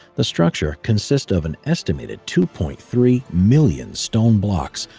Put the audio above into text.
the structure consists of an estimated two point three million stone blocks,